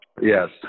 Yes